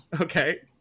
Okay